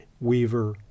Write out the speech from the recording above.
Weaver